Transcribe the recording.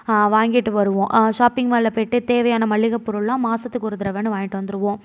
வாங்கிட்டு வருவோம் ஷாப்பிங் மாலில் போய்விட்டு தேவையான மளிகை பொருள்லாம் மாதத்துக்கு ஒரு தடவன்னு வாய்ன்ட்டு வந்துடுவோம்